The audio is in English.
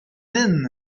din